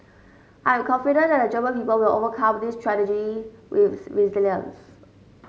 I am confident that the German people will overcome this tragedy with resilience